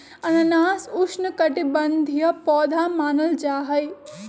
अनानास उष्णकटिबंधीय पौधा मानल जाहई